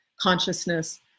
consciousness